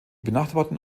benachbarten